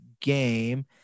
game